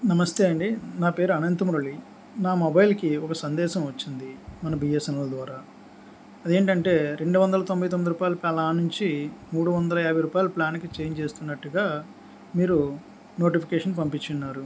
నమస్తే అండి నా పేరు అనంంతమురళి నా మొబైల్కి ఒక సందేశం వచ్చింది మన బి ఎస్ ఎన్ ఎల్ ద్వారా అదేంటంటే రెండు వందల తొంభై తొమ్మిది రూపాయల ప్లాన్ నుంచి మూడు వందల యాభై రూపాయలు ప్లాన్కి చేంజ్ చేస్తున్నట్టుగా మీరు నోటిఫికేషన్ పంపించి ఉన్నారు